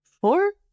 four